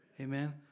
Amen